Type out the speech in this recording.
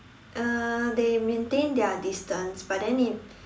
uh they maintained their distance but then it's